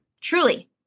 Truly